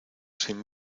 sin